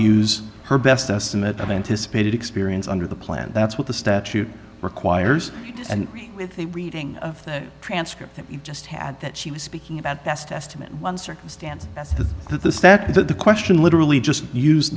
use her best estimate of anticipated experience under the plan that's what the statute requires and with a reading of the transcript that you just had that she was speaking about best estimate one circumstance that the stat that the question literally just use